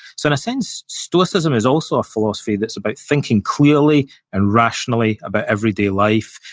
so, in a sense, stoicism is also a philosophy that's about thinking clearly and rationally about everyday life,